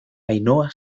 ainhoa